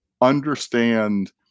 understand